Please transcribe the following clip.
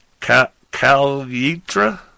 Calitra